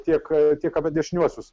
tiek tiek apie dešiniuosius